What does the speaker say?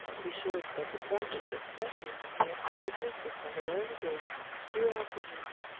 he shows that the practice of flattening the head had existed from an early date throughout the east,